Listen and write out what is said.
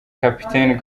captain